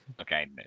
Okay